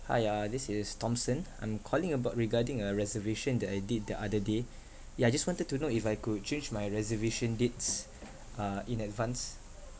hi uh this is thomson I'm calling about regarding a reservation that I did the other day ya just wanted to know if I could change my reservation dates uh in advance